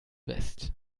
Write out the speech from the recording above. west